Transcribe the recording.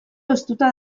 hoztuta